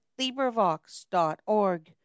LibriVox.org